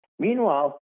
Meanwhile